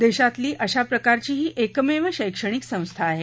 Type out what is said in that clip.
देशातली अशा प्रकारची ही एकमेव शैक्षणिक संस्था आहे